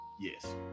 Yes